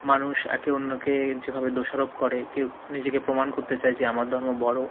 মানুষ একে অন্যকে যেভাবে দোষারোপ করে কেউ নিজেকে প্রমাণ করতে যে আমার ধর্ম বড়ো